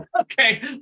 Okay